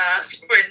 sprint